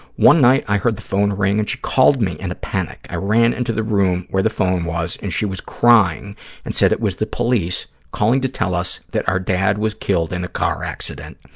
one night, i heard the phone ring and she called me in a panic. i ran into the room where the phone was and she was crying and said it was the police calling to tell us that our dad was killed in a car accident.